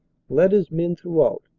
led his men throughout,